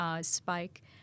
spike